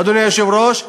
אדוני היושב-ראש,